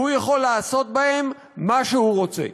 והוא יכול לעשות בהם מה שהוא רוצה.